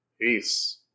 Peace